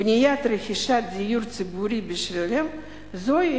בנייה או רכישה של דיור ציבורי בשבילם זוהי